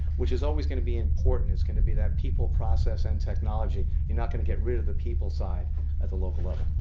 which is always going to be important. it's going to be that people, process and technology. you're not going to get rid of the people side at the local level.